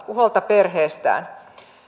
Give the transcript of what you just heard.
huolta perheestään